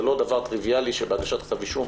זה לא דבר טריוויאלי שבהגשת כתב אישום